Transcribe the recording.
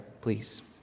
please